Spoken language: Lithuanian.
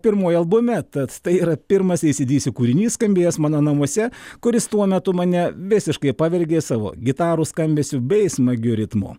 pirmoji albume tad tai yra pirmas ei sį dį sį kūrinys skambėjęs mano namuose kuris tuo metu mane visiškai pavergė savo gitarų skambesiu bei smagiu ritmu